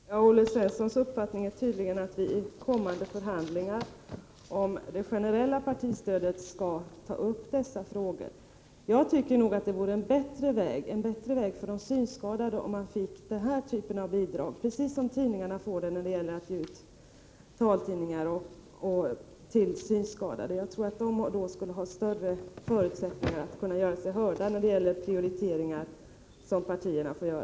Herr talman! Olle Svenssons uppfattning är tydligen att vi i kommande förhandlingar om det generella partistödet skall ta upp dessa frågor. Jag tycker att det vore en bättre väg för de synskadade om man fick den här typen av bidrag, precis som tidningarna får särskilda bidrag för att ge ut taltidningar till synskadade. Jag tror att de synskadade då skulle ha större förutsättningar att kunna föra fram sina åsikter.